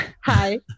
Hi